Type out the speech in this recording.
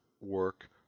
work